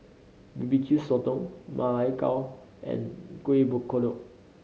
B B Q Sotong Ma Lai Gao and Kuih Kodok